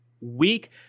week